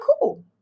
cool